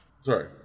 Sorry